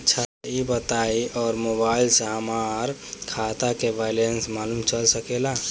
अच्छा ई बताईं और मोबाइल से हमार खाता के बइलेंस मालूम चल सकेला?